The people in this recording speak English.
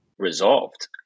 resolved